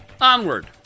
onward